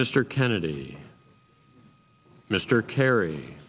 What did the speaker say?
mr kennedy mr kerry